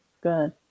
Good